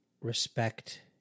respect